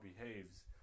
behaves